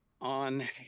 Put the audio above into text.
on